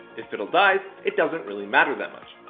if fiddle dies, it doesn't really matter that much.